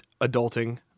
adulting